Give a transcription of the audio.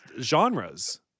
genres